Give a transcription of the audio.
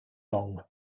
long